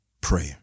prayer